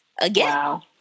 Again